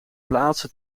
plaatse